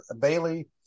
Bailey